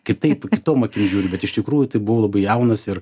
kitaip kitom akim žiūri bet iš tikrųjų tai buvau labai jaunas ir